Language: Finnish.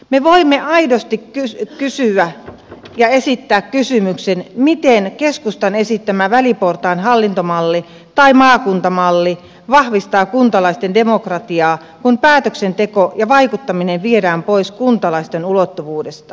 me voimme aidosti kysyä ja esittää kysymyksen miten keskustan esittämä väliportaan hallintomalli tai maakuntamalli vahvistaa kuntalaisten demokratiaa kun päätöksenteko ja vaikuttaminen viedään pois kuntalaisten ulottuvuudesta